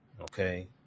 Okay